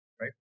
right